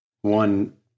one